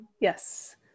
Yes